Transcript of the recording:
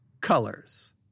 colors